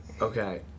okay